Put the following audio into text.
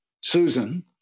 Susan